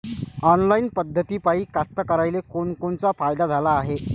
Online पद्धतीपायी कास्तकाराइले कोनकोनचा फायदा झाला हाये?